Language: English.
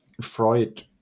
Freud